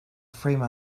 frame